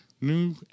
new